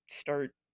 start